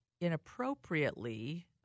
inappropriately